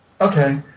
Okay